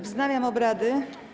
Wznawiam obrady.